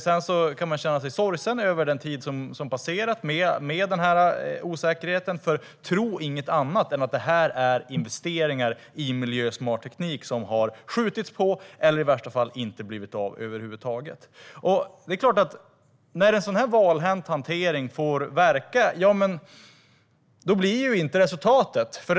Sedan kan man känna sig sorgsen över den tid som passerat med den här osäkerheten. Tro inget annat än att investeringar i miljösmart teknik har skjutits på eller i värsta fall inte blivit av över huvud taget. När en så här valhänt hantering får verka blir självklart resultatet lite sämre.